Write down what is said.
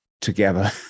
together